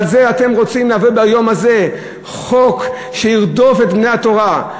על זה אתם רוצים להביא ביום הזה חוק שירדוף את בני התורה,